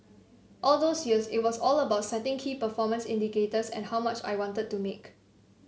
all those years it was all about setting key performance indicators and how much I wanted to make